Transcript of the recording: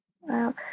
Wow